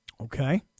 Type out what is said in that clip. Okay